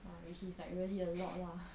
which is like really a lot lah